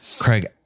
Craig